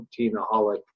proteinaholic